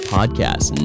Podcast